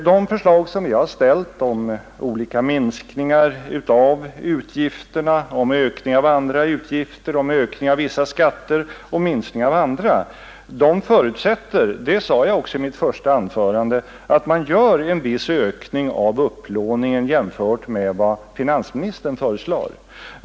De förslag vi ställt om minskningar av vissa utgifter och ökning av andra, om ökning av vissa skatter och minskning av andra, förutsätter — och det sade jag också i mitt första anförande — att man företar en viss ökning av upplåningen jämfört med vad finansministern har föreslagit.